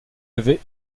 avait